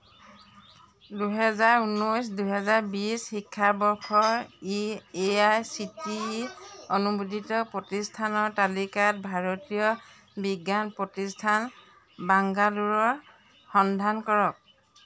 দুহেজাৰ ঊনৈছ দুহেজাৰ বিছ শিক্ষাবৰ্ষৰ ই A I C T E অনুমোদিত প্ৰতিষ্ঠানৰ তালিকাত ভাৰতীয় বিজ্ঞান প্ৰতিষ্ঠান বাংগালোৰৰ সন্ধান কৰক